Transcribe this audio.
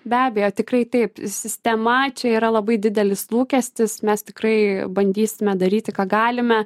be abejo tikrai taip sistema čia yra labai didelis lūkestis mes tikrai bandysime daryti ką galime